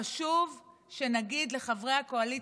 חשוב שנגיד לחברי הקואליציה,